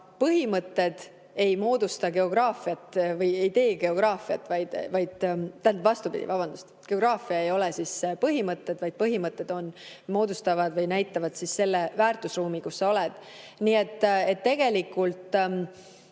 põhimõtted ei moodusta geograafiat või ei tee geograafiat, tähendab, vastupidi, vabandust, geograafia ei ole põhimõtted, vaid põhimõtted moodustavad või näitavad selle väärtusruumi, kus sa oled. Nii et tegelikult